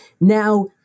Now